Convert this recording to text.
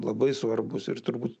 labai svarbus ir turbūt